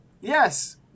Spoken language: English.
Yes